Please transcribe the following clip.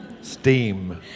STEAM